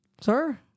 sir